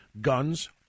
Guns